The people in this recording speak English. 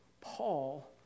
Paul